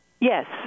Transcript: Yes